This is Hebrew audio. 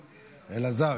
אלעזר,